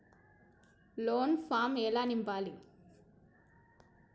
Loan form ఎలా నింపాలి?